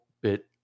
bit